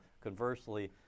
conversely